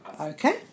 Okay